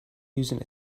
using